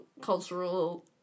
cultural